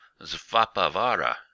Zvapavara